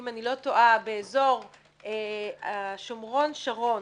אם אני לא טועה באזור השומרון שרון,